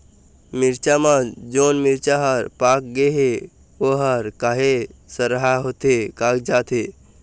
मिरचा म जोन मिरचा हर पाक गे हे ओहर काहे सरहा होथे कागजात हे?